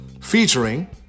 featuring